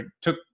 took